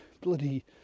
bloody